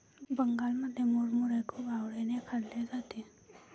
बंगालमध्ये मुरमुरे खूप आवडीने खाल्ले जाते